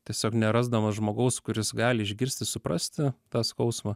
tiesiog nerasdamas žmogaus kuris gali išgirsti suprasti tą skausmą